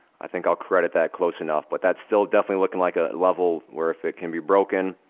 i think i'll credit that close enough. but that's still definitely lookin' like a level where if it can be broken,